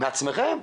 מעצמכם?